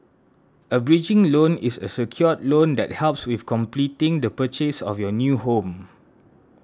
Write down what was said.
a bridging loan is a secured loan that helps with completing the purchase of your new home